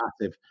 passive